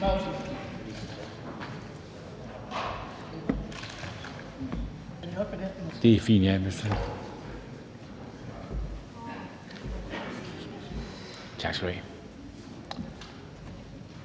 år, så er det